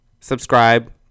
subscribe